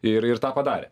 ir ir tą padarė